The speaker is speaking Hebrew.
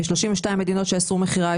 יש 32 מדינות שאסרו מכירה,